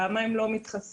למה הם לא מתחסנים,